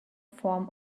form